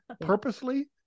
purposely